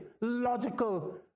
logical